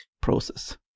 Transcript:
process